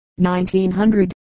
1900